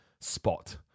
spot